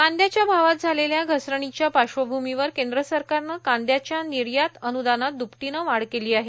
कांदयाच्या भावात झालेल्या घसरणीच्या पार्श्वभूमीवर केंद्र सरकारनं कांदयाच्या निर्यात अनुदानात दुप्पटीनं वाढ केली आहे